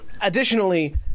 additionally